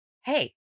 Hey